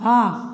ହଁ